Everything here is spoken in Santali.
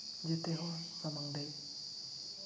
ᱡᱮᱛᱮ ᱦᱚᱲ ᱥᱟᱢᱟᱝ ᱨᱮ